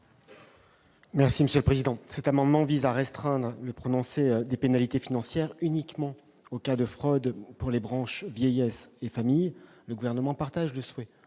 l'avis du Gouvernement ? Cet amendement vise à restreindre le prononcé de pénalités financières aux cas de fraude pour les branches vieillesse et famille. Le Gouvernement partage le souhait